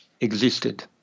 existed